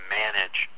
manage